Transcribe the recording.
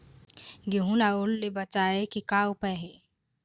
गेहूं ला ओल ले बचाए के का उपाय हे?